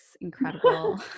incredible